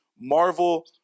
Marvel